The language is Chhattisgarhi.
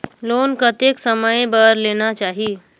लोन कतेक समय बर लेना चाही?